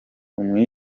umu